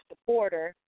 supporter